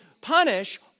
punish